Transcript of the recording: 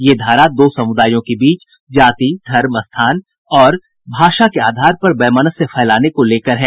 ये धारा दो समुदायों के बीच जाति जन्म स्थान और भाषा के आधार पर वैमनस्य फैलाने को लेकर है